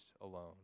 alone